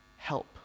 help